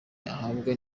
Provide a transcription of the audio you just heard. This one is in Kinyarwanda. yahabwa